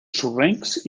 sorrencs